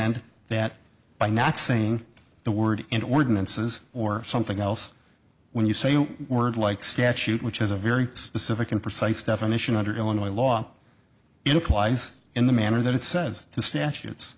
end that by not saying the word and ordinances or something else when you say a word like statute which is a very specific and precise definition under illinois law it applies in the manner that it says the statutes